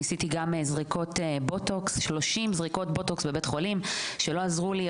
ניסיתי גם זריקות בוטוקס 30 זריקות בוטוקס בבית חולים שלא עזרו לי,